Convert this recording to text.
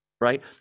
right